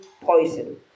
poison